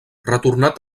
retornat